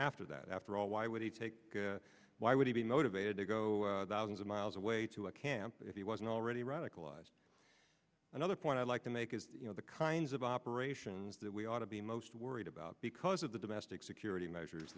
after that after all why would he take why would he be motivated to go miles away to a camp if he wasn't already radicalized another point i'd like to make is you know the kinds of operations that we ought to be most worried about because of the domestic security measures